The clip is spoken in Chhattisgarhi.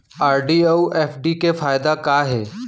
आर.डी अऊ एफ.डी के फायेदा का हे?